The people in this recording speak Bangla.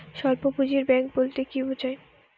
স্বল্প পুঁজির ব্যাঙ্ক বলতে কি বোঝায়?